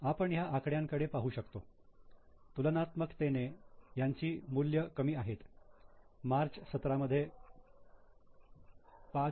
आपण ह्या आकड्याकडे पाहू शकतो तुलनात्मकतेने यांची मूल्य कमी आहेत मार्च 17 मध्ये 5